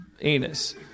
anus